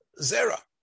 zera